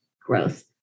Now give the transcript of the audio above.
growth